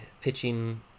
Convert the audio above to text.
Pitching